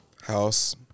House